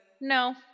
no